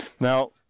Now